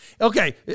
Okay